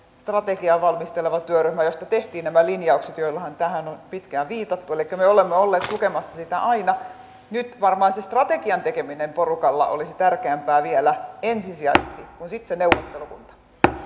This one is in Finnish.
strategiaa valmisteleva työryhmä josta tehtiin nämä linjaukset joillahan tähän on pitkään viitattu elikkä me me olemme olleet tukemassa sitä aina nyt varmaan strategian tekeminen porukalla olisi vielä tärkeämpää ensisijaisesti kuin sitten se neuvottelukunta